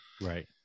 Right